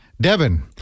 Devin